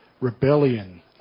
rebellion